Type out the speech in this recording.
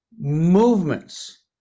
movements